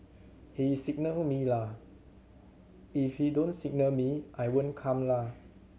he signal me la if he don't signal me I won't come la